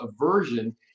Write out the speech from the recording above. aversion